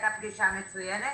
הייתה פגישה מצוינת